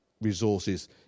resources